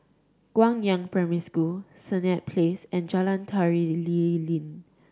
Guangyang Primary School Senett Place and Jalan Tari Lilin